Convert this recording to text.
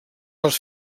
les